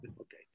Okay